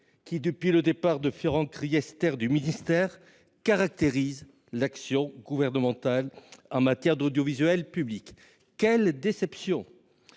qui, depuis le départ de Franck Riester du ministère, caractérisent l'action gouvernementale en matière d'audiovisuel public. Quelle déception !